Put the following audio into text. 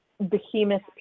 behemoth